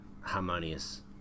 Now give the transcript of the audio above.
harmonious